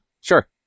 sure